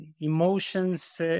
emotions